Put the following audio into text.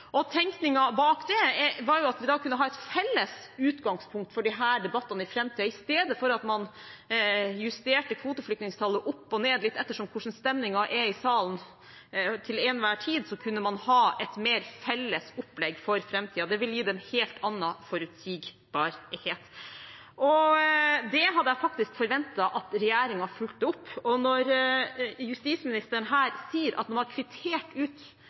imot. Tenkningen bak det var at vi da kunne ha et felles utgangspunkt for disse debattene i framtiden – i stedet for at man justerte kvoteflyktningstallet opp og ned litt etter hvordan stemningen er i salen til enhver tid, kunne man ha et litt mer felles opplegg for framtiden. Det ville gitt en helt annen forutsigbarhet. Det hadde jeg faktisk forventet at regjeringen fulgte opp, og når justisministeren her sier at man har kvittert ut